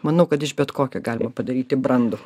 manau kad iš bet kokio galima padaryti brandų